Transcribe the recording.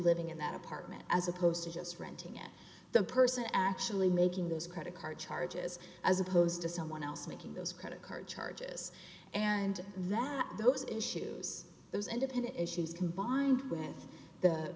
living in that apartment as opposed to just renting it the person actually making those credit card charges as opposed to someone else making those credit card charges and then those issues those independent issues combined with the